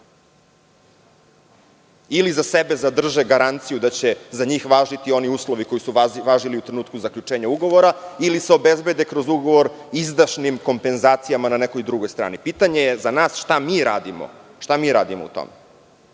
Ili za sebe zadrže garanciju da će za njih važiti oni uslovi koji su važili u trenutku zaključenja ugovora, ili se obezbede kroz ugovor izdašnim kompenzacijama na nekoj drugoj strani. Pitanje je za nas šta mi radimo u tom?